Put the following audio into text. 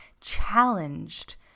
challenged